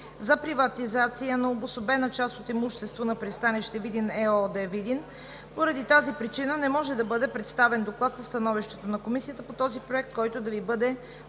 за приватизация на обособена част от имуществото на „Пристанище Видин“ ЕООД – Видин. Поради тази причина не може да бъде представен доклад със становището на Комисията по този проект преди